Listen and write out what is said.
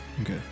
Okay